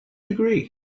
degree